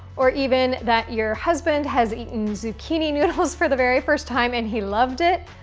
or even that your husband has eaten zucchini noodles for the very first time and he loved it,